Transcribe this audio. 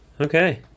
Okay